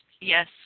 Yes